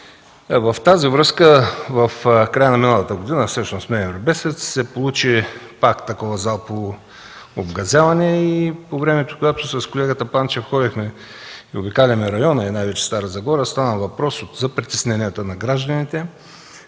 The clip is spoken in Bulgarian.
с това в края на миналата година всъщност ноември месец се получи пак такова обгазяване. По времето, когато с колегата Панчев обикаляхме района и най-вече Стара Загора, стана въпрос за притесненията на гражданите.